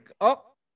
up